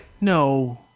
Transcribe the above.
No